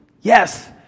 Yes